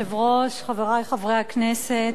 וקבוצת חברי הכנסת.